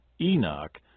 Enoch